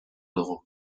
dugu